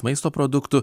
maisto produktų